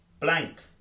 Blank